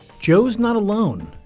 joe is not alone.